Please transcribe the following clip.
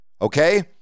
Okay